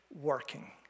working